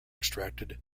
extracted